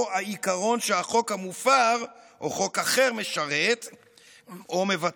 או העיקרון שהחוק המופר או חוק אחר משרת או מבטא.